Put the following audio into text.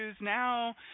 now